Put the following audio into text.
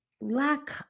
lack